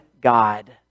God